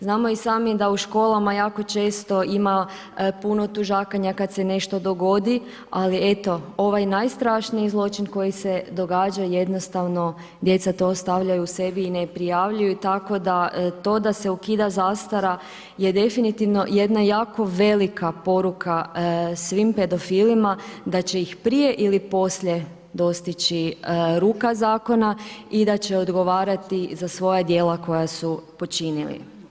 Znamo i sami da u školama jako često ima puno tužakanja kad se nešto dogodi, ali eto ovaj najstrašniji zločin koji se događa jednostavno djeca to ostavljaju u sebi i ne prijavljuju, tako da to da se ukida zastara je definitivno jako velika poruka svim pedofilima da će ih prije ili poslije dostići ruka zakona i da će odgovarati za svoja djela koja su počinili.